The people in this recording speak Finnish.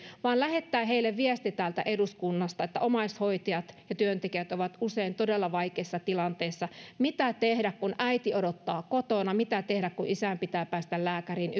tilannetta vaan lähettää heille viesti täältä eduskunnasta että omaishoitajat ja työntekijät ovat usein todella vaikeissa tilanteissa mitä tehdä kun äiti odottaa kotona mitä tehdä kun yksinäisessä kodissa isän pitää päästä lääkäriin